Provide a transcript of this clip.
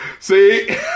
See